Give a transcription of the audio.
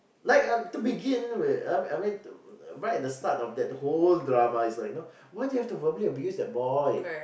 like uh to begin with I I mean right at the start of the whole drama it's like you know why do you have to verbally abuse that boy